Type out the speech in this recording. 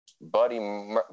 Buddy